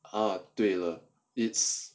ah 对了 its